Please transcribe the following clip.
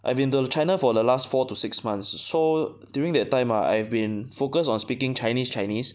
I've been to the china for the last four to six months so during that time ah I've been focused on speaking chinese chinese